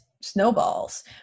Snowballs